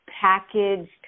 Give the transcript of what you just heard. packaged